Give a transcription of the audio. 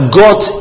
got